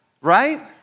right